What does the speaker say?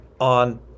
on